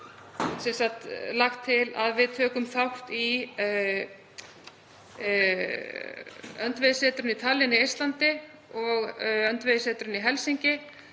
er líka lagt til að við tökum þátt í öndvegissetrinu í Tallinn í Eistlandi og öndvegissetrinu í Helsinki